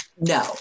No